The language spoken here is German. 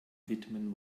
widmen